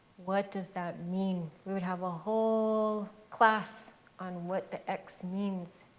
what does that mean? we would have a whole class on what the x means.